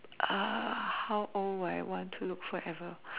uh how old I want to look forever